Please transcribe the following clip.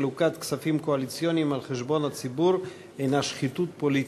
חלוקת כספים קואליציוניים על חשבון הציבור הנה שחיתות פוליטית.